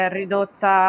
ridotta